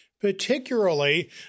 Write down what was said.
particularly